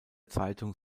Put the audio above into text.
zeitung